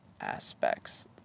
aspects